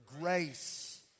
grace